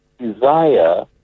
desire